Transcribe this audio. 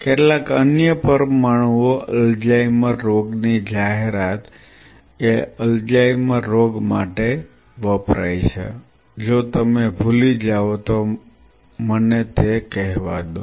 કેટલાક અન્ય પરમાણુઓ અલ્ઝાઇમર રોગની જાહેરાત એ અલ્ઝાઇમર રોગ માટે વપરાય છે જો તમે ભૂલી જાઓ તો મને તે કહેવા દો